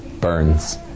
Burns